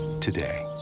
today